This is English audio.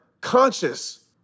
conscious